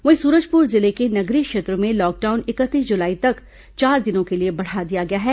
वहीं सूरजपुर जिले के नगरीय क्षेत्रों में लॉकडाउन इकतीस जुलाई तक चार दिनों के लिए बढ़ा दिया गया है